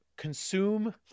consume